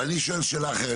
אבל אני שואל שאלה אחרת,